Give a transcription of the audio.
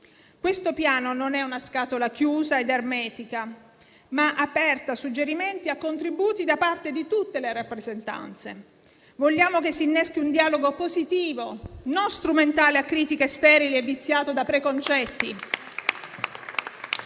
Questo piano non è una scatola chiusa ed ermetica, ma aperta a suggerimenti e a contributi da parte di tutte le rappresentanze. Vogliamo che si inneschi un dialogo positivo, non strumentale a critiche sterili e viziato da preconcetti